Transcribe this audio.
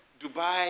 Dubai